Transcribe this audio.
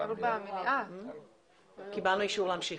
מאוד חשוב לנו לשמוע